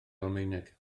almaeneg